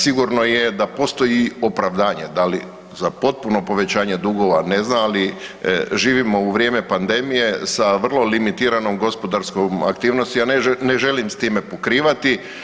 Sigurno je da postoji opravdanje da li za potpuno povećanje dugova, ne znam ali živimo u vrijeme pandemije sa vrlo limitiranom gospodarskom aktivnosti, a ne želim sa time pokrivati.